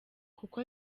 kuko